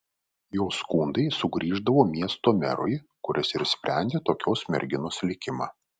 jos skundai sugrįždavo miesto merui kuris ir sprendė tokios merginos likimą